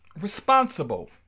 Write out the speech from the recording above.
responsible